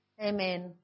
Amen